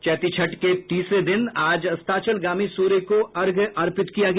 चैती छठ के तीसरे दिन आज अस्ताचलगामी सूर्य को अर्घ्य अर्पित किया गया